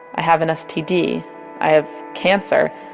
i have an std, i have cancer!